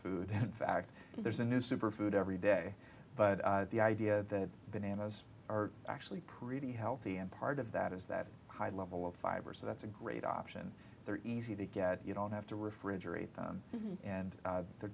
food and fact there's a new super food every day but the idea that bananas are actually pretty healthy and part of that is that high level of fiber so that's a great option they're easy to get you don't have to refrigerate them and they're